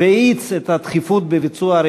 והאיץ את ביצועה.